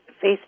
face